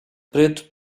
preto